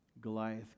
Goliath